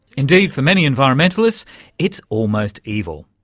indeed, for many environmentalists it's almost evil.